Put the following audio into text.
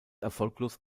erfolglos